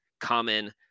common